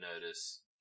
notice